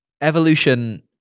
Evolution